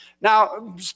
Now